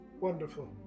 Wonderful